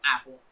Apple